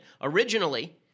Originally